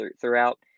throughout